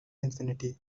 infinity